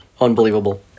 Unbelievable